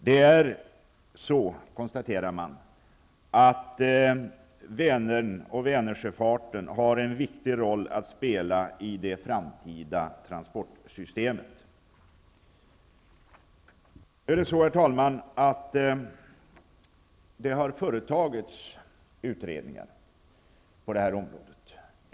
Man konstaterar att Vänern och Vänersjöfarten har en viktig roll att spela i det framtida transportsystemet. Herr talman! Det har företagits utredningar på det här området.